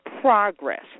progress